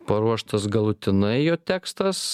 paruoštas galutinai jo tekstas